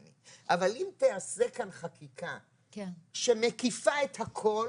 כאן חקיקה שמקיפה את הכול